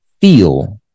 feel